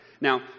Now